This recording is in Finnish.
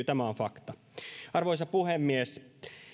tämä on fakta arvoisa puhemies